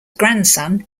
grandson